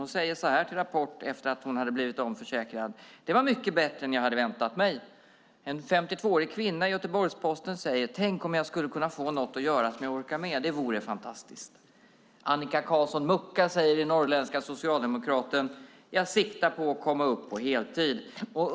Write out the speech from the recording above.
Hon sade i Rapport efter att hon hade blivit omförsäkrad: "Det var mycket bättre än jag hade väntat mig." En 52-årig kvinna sade i Göteborgs-Posten: "Tänk om jag skulle kunna få något att göra som jag orkar med! Det vore fantastiskt." Annika Karlsson-Mukka sade i Norrländska Socialdemokraten: "Jag siktar på att komma upp i heltid."